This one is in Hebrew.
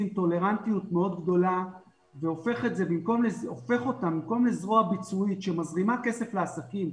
טולרנטיות מאוד גדולה והופך אותה במקום לזרוע ביצועית שמזרימה כסף לעסקים,